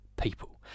people